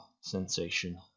sensation